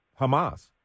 Hamas